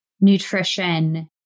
nutrition